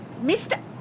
Mr